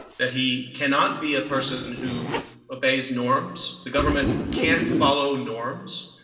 that he cannot be a person who obeys norms, the government can't follow norms,